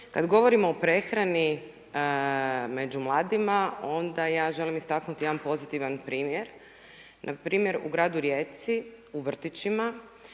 Kada govorimo o prehrani među mladima onda ja želim istaknuti jedan pozitivan primjer. Npr. u gradu Rijeci u vrtićima